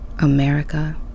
America